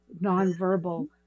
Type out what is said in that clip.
nonverbal